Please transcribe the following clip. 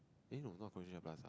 eh no not Coronation-Plaza